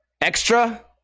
extra